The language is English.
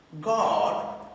God